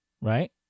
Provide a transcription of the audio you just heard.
right